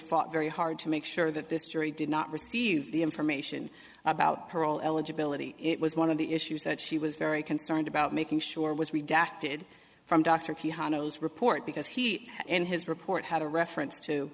fought very hard to make sure that this jury did not receive the information about parole eligibility it was one of the issues that she was very concerned about making sure was redacted from dr piano's report because he and his report had a reference to